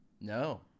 No